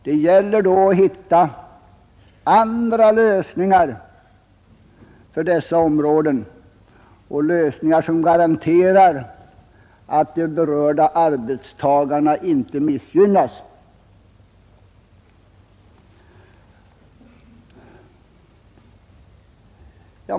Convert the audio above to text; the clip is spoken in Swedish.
Det gäller då att för dessa områden hitta andra lösningar som garanterar att de berörda arbetstagarna inte missgynnas.